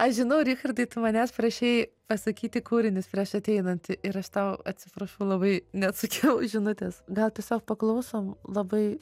aš žinau richardai tu manęs prašei pasakyti kūrinius prieš ateinant ir aš tau atsiprašau labai neatsakiau įžinutes gal tiesiog paklausom labai